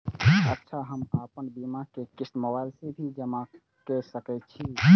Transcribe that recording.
अच्छा हम आपन बीमा के क़िस्त मोबाइल से भी जमा के सकै छीयै की?